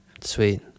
Sweet